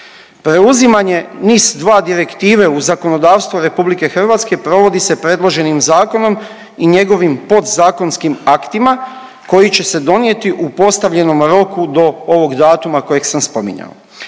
Preuzimanje NIS-2 direktive u zakonodavstvo RH provodi se predloženim zakonom i njegovim podzakonskim aktima koji će se donijeti u postavljenom roku do ovog datuma kojeg sam spominjao,